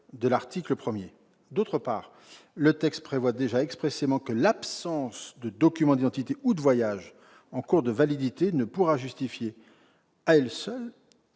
4 et 21. De plus, le texte prévoit déjà expressément que l'absence de document d'identité ou de voyage en cours de validité ne pourra constituer, à elle seule,